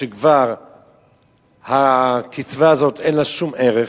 וכבר הקצבה הזאת אין לה שום ערך,